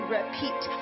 repeat